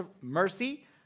mercy